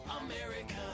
America